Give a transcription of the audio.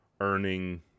earning